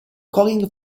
colin